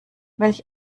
welch